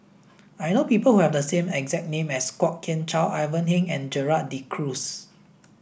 I know people who have the same exact name as Kwok Kian Chow Ivan Heng and Gerald De Cruz